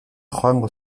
joango